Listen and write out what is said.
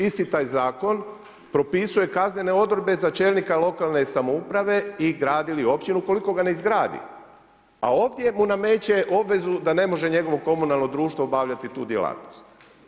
Isti taj zakon propisuje kaznene odredbe za čelnika lokalne samouprave i grad ili općinu ukoliko ga ne izgradi, a ovdje mu nameće obvezu da ne može njegovo komunalno društvo obavljati tu djelatnost.